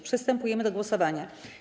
Przystępujemy do głosowania.